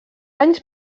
anys